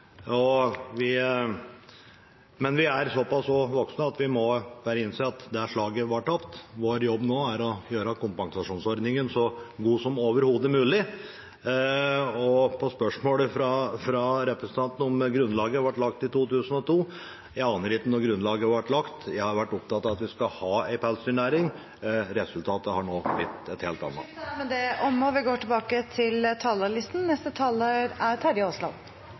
er tragisk. Men vi er såpass voksne at vi må bare innse at det slaget var tapt. Vår jobb nå er å gjøre kompensasjonsordningen så god som overhodet mulig. På spørsmålet fra representanten om grunnlaget ble lagt i 2002: Jeg aner ikke når grunnlaget ble lagt. Jeg har vært opptatt av at vi skal ha en pelsdyrnæring. Resultatet har nå blitt noe helt annet. Replikkordskiftet er dermed omme. Dette er første gang i moderne tid at Stortinget ved lov vedtar et forbud mot en etablert næring. Det er